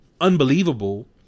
unbelievable